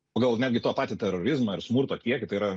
pagal netgi tą patį terorizmą ir smurto kiekį tai yra